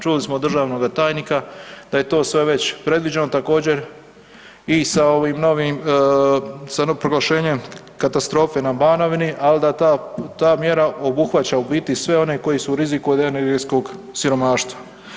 Čuli smo od državnog tajnika da je to sve već predviđeno, također i sa proglašenjem katastrofe na Banovini, ali da ta mjera obuhvaća u biti sve one koji su u riziku od energetskog siromaštva.